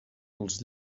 els